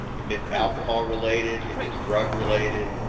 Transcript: if it's alcohol related, if it's drug related,